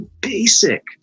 basic